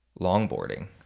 longboarding